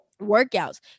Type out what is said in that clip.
workouts